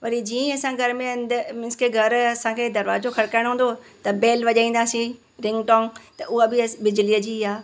वरी जीअं ई असां घर में अंदरु मींस की घरु असांखे दरवाजो खड़िकाइणो हूंदो त बैल वॼाईंदासीं टिंग टॉंग त उहा बि बिजलीअ जी आहे